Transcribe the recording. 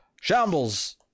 shambles